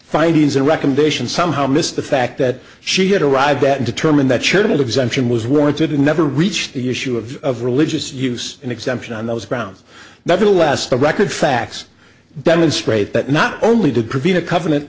findings and recommendations somehow missed the fact that she had arrived that determined that should exemption was warranted and never reached the issue of of religious use and exemption on those grounds nevertheless the record facts demonstrate that not only did provide a covenant